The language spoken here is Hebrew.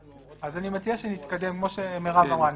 אז אני מציע שנתקדם, כמו שמירב אמרה.